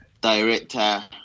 director